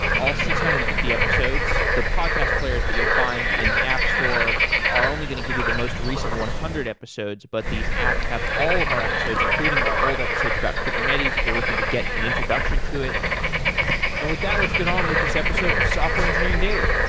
all six hundred and fifty episodes. the podcast players that you'll find in the app store are only going to give you the most recent one hundred episodes, but these apps have all of our episodes, including our old episodes about kubernetes, if you're looking to get an introduction to it and with that, let's get on with this episode of software engineering daily